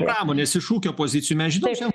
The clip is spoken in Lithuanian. pramonės iš ūkio pozicijų mes žinom čia